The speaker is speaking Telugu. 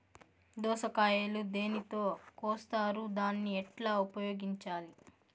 దోస కాయలు దేనితో కోస్తారు దాన్ని ఎట్లా ఉపయోగించాలి?